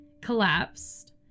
collapsed